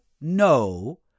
no